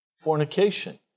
Fornication